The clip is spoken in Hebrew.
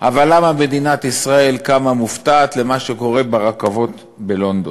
אבל למה מדינת ישראל קמה מופתעת למה שקורה ברכבות בלונדון?